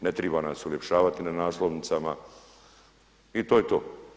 Ne triba nas uljepšavati na naslovnicama i to je to.